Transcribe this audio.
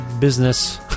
business